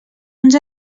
uns